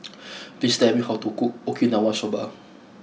please tell me how to cook Okinawa Soba